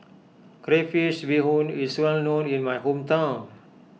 Crayfish BeeHoon is well known in my hometown